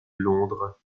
londres